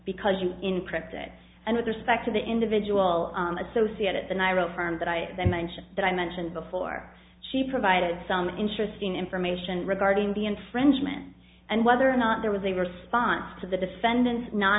because you encrypt it and with respect to the individual associate at the narrow firm that i mentioned that i mentioned before she provided some interesting information regarding the infringement and whether or not there was a response to the defendant no